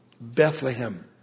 Bethlehem